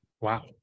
Wow